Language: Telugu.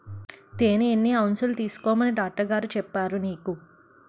తేనె ఎన్ని ఔన్సులు తీసుకోమని డాక్టరుగారు చెప్పారు నీకు